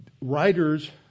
writers